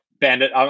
Bandit